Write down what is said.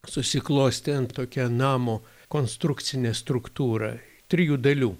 susiklostė tokia namo konstrukcinė struktūra trijų dalių